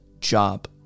job